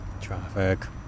traffic